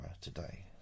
Today